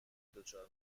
دچار